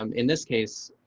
um in this case,